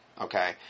okay